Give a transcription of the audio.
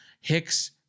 Hicks